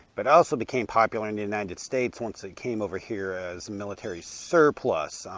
but also became popular in the united states once it came over here as military surplus.